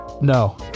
No